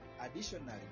additionally